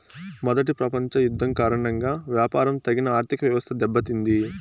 మొదటి ప్రపంచ యుద్ధం కారణంగా వ్యాపారం తగిన ఆర్థికవ్యవస్థ దెబ్బతింది